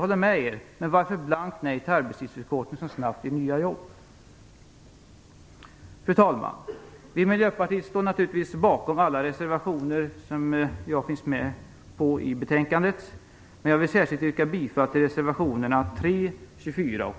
Men varför säger ni blankt nej till en arbetstidsförkortning som snabbt ger nya jobb? Fru talman! Vi i Miljöpartiet står naturligtvis bakom alla reservationer som jag är delaktig i, men jag vill särskilt yrka bifall till reservationerna 3, 24 och